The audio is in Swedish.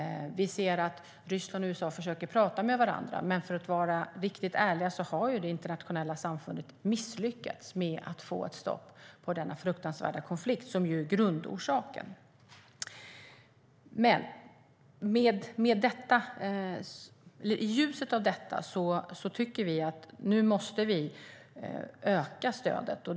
Ryssland och USA försöker tala med varandra, men om vi ska vara riktigt ärliga har det internationella samfundet misslyckats med att få stopp på denna fruktansvärda konflikt, som ju är grundorsaken. I ljuset av detta tycker vi att vi nu måste öka stödet.